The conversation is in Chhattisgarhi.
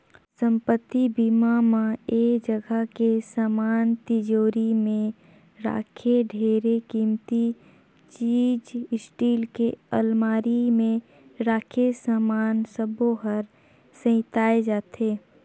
संपत्ति बीमा म ऐ जगह के समान तिजोरी मे राखे ढेरे किमती चीच स्टील के अलमारी मे राखे समान सबो हर सेंइताए जाथे